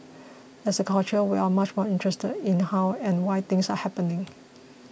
as a culture we are much more interested in how and why things are happening